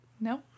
No